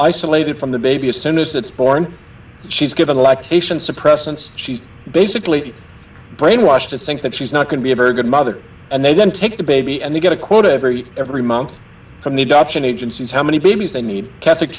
isolated from the baby as soon as that's born she's given lactation suppressants she's basically brainwashed to think that she's not going to be a very good mother and they then take the baby and they get a quota every every month from need option agencies how many babies they need catholic